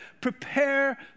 prepare